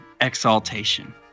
exaltation